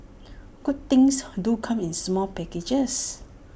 good things do come in small packages